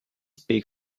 speak